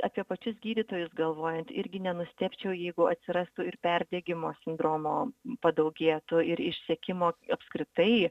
apie pačius gydytojus galvojant irgi nenustebčiau jeigu atsirastų ir perdegimo sindromo padaugėtų ir išsekimo apskritai